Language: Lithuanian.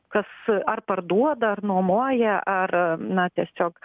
kas ar parduoda ar nuomoja ar na tiesiog